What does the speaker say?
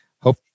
hope